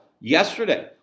yesterday